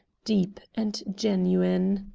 deep and genuine.